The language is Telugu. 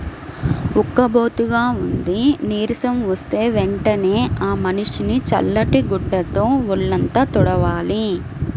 ఉక్కబోతగా ఉండి నీరసం వస్తే వెంటనే ఆ మనిషిని చల్లటి గుడ్డతో వొళ్ళంతా తుడవాలి